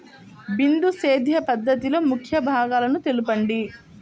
బిందు సేద్య పద్ధతిలో ముఖ్య భాగాలను తెలుపండి?